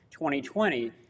2020